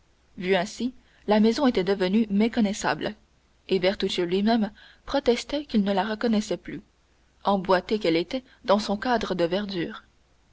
vue ainsi la maison était devenue méconnaissable et bertuccio lui-même protestait qu'il ne la reconnaissait plus emboîtée qu'elle était dans son cadre de verdure